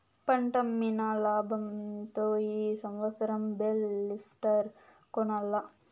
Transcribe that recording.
పంటమ్మిన లాబంతో ఈ సంవత్సరం బేల్ లిఫ్టర్ కొనాల్ల